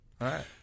right